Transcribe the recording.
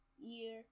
year